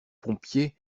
pompiers